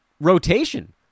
rotation